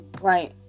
right